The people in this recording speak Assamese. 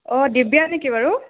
অঁ দিব্যা নেকি বাৰু